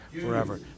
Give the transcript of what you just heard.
forever